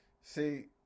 See